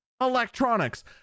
electronics